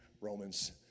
Romans